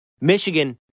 Michigan